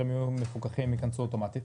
הם יהיו מפוקחים הם יכנסו אוטומטית?